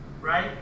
right